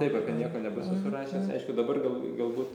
taip apie nieko nebus esu rašęs aišku dabar gal galbūt